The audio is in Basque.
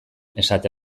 esate